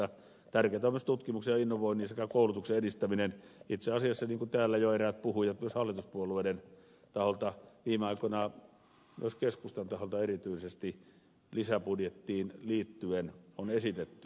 tärkeätä on myös tutkimuksen ja innovoinnin sekä koulutuksen edistäminen niin kuin itse asiassa täällä jo eräät puhujat myös hallituspuolueiden taholta viime aikoina myös keskustan taholta erityisesti lisäbudjettiin liittyen ovat esittäneet